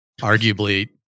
arguably